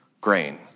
grain